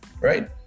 right